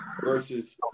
versus